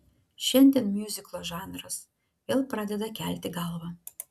šiandien miuziklo žanras vėl pradeda kelti galvą